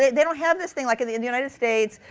they don't have this thing. like in the in the united states,